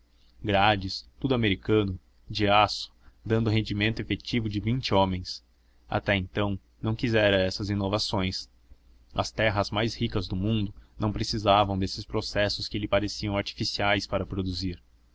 grades tudo americano de aço dando o rendimento efetivo de vinte homens até então não quisera essas inovações as terras mais ricas do mundo não precisavam desses processos que lhe pareciam artificiais para produzir